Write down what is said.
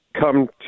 Come